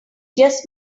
just